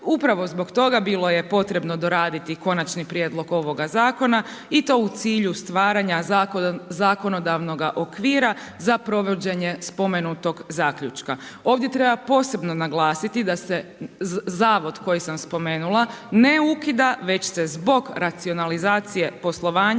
Upravo zbog toga bilo je bilo je potrebno doraditi konačni prijedlog ovoga zakona i to u cilju stvaranja zakonodavnog okvira za provođenje spomenutog zaključka. Ovdje treba posebno naglasiti da se zavod koji sam spomenula, ne ukida već s zbog racionalizacije poslovanja,